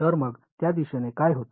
तर मग त्या दिशेने काय होते